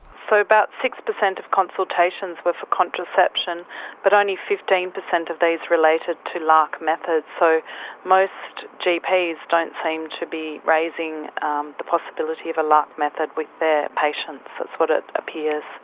so about six percent of consultations were for contraception but only fifteen percent of these related to larc methods. so most gps don't seem to be raising the possibility of a larc method with their patients, that's what it appears.